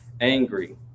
angry